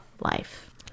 life